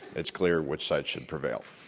it's clear which side should prevail.